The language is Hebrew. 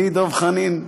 אני דב חנין?